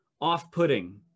off-putting